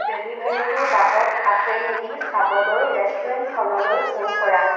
ডেলিভাৰীটো বাটত আছে নেকি চাবলৈ ৰেষ্টুৰেণ্টখনলৈ ফোন কৰা